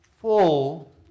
full